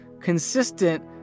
consistent